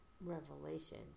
revelation